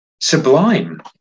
sublime